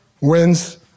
wins